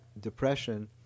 depression